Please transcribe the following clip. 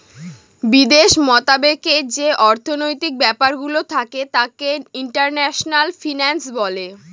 বিদেশ মতাবেকে যে অর্থনৈতিক ব্যাপারগুলো থাকে তাকে ইন্টারন্যাশনাল ফিন্যান্স বলে